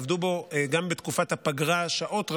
עבדו עליו גם בתקופת הפגרה שעות רבות,